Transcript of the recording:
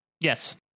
Yes